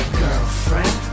girlfriend